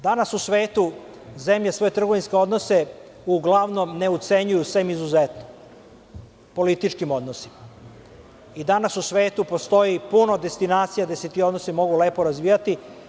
Danas u svetu zemlje svoje trgovinske odnose uglavnom ne ucenjuju sa izuzetkom u političkim odnosima i danas u svetu postoji puno destinacija gde se ti odnosi mogu lepo razvijati.